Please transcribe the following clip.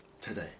today